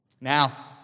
Now